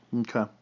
Okay